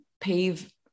pave